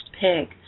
pig